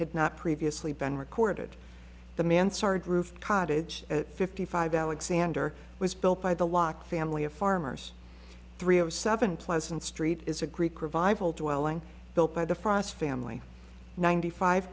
had not previously been recorded the mansard roof cottage at fifty five alexander was built by the lock family of farmers three of seven pleasant street is a greek revival toiling built by the frost family ninety five